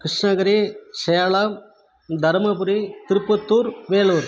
Krishnagiri Salem Dharmapuri Tirupattur Vellore